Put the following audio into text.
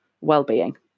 well-being